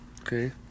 okay